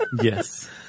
Yes